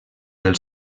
del